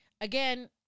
again